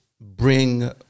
bring